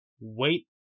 wait